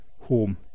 home